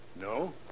No